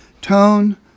tone